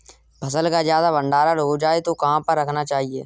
फसल का ज्यादा भंडारण हो जाए तो कहाँ पर रखना चाहिए?